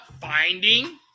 finding